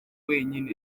wenyine